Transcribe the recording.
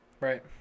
Right